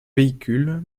véhicule